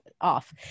off